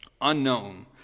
unknown